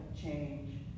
change